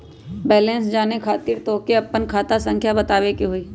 Balance जाने खातिर तोह के आपन खाता संख्या बतावे के होइ?